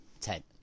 Ten